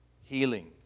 healing